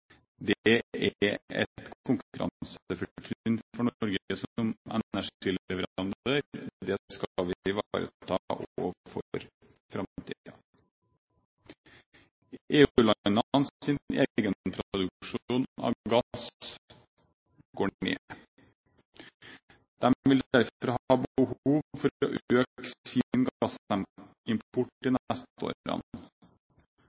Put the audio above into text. Det er et konkurransefortrinn for Norge som energileverandør. Det skal vi ivareta, også for framtiden. EU-landenes egenproduksjon av gass går ned. De vil derfor ha behov for å øke sin